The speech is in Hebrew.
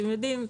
אתם יודעים,